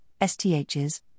STHs